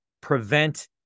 prevent